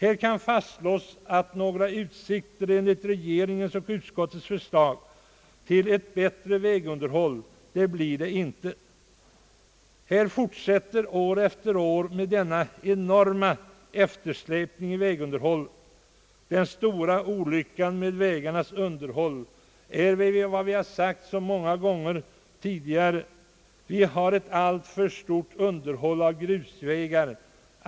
Om regeringens och utskottets förslag följs kan det fastslås att några utsikter till bättre vägunderhåll inte finns. År efter år fortsätter denna enorma eftersläpning i vägunderhållet. Den stora olyckan när det gäller vägunderhåll är, som vi har sagt så många gånger, att vi har ett alltför stort underhåll av grusvägar.